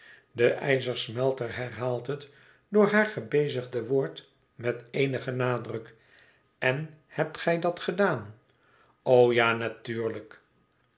de ijzersmelter herhaalt het door haar gebezigde woord met eenigen nadruk en hebt gij dat gedaan o ja natuurlijk